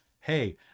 hey